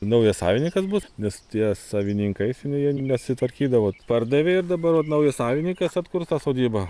naujas savinykas bus nes tie savininkai seni jie nesitvarkydavo pardavė dabar vat naujas savinykas atkurs tą sodybą